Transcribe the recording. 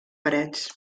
parets